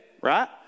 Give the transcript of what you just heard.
right